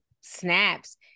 snaps